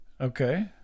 Okay